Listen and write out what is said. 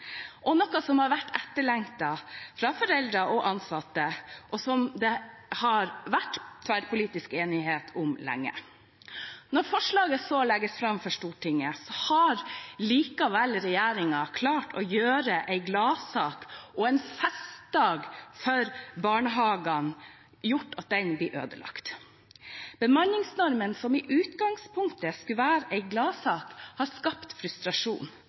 og noe som har vært etterlengtet av foreldre og ansatte. Og det har vært tverrpolitisk enighet om det lenge. Når forslaget så legges fram for Stortinget, har regjeringen likevel klart å ødelegge en gladsak og en festdag for barnehagene. Bemanningsnormen, som i utgangspunktet skulle være en gladsak, har skapt frustrasjon